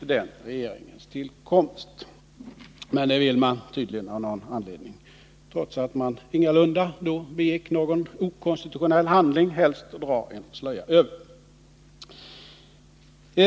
den regeringens tillkomst, men det vill man tydligen av någon anledning helst dra en slöja över, trots att man då ingalunda begick någon okonstitutionell handling.